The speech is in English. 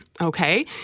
Okay